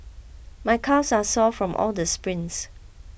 my calves are sore from all the sprints